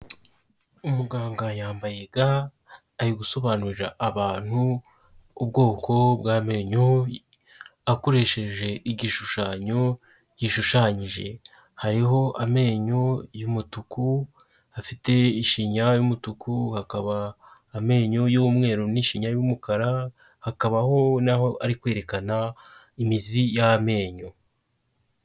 Umuganga yambaye ga ari gusobanurira abantu ubwoko bw'amenyo akoresheje igishushanyo gishushanyije, hariho amenyo y'umutuku afite ishinya y'umutuku, hakaba amenyo y'umweru n'ishinya y'umukara, hakabaho naho ari kwerekana imizi y'amenyo.